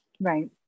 right